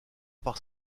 par